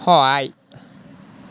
সহায়